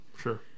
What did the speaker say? sure